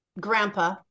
grandpa